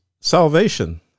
salvation